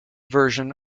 version